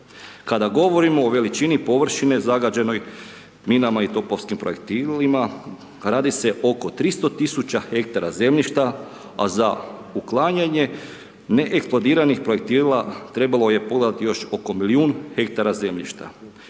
Kada govorimo o veličini površine zagađenoj minama i topovskim projektilima, radi se oko 300 000 ha zemljišta a za uklanjanje neeksplodiranih projektila, trebalo je pogledati još oko milijun ha zemljišta.